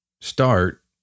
Start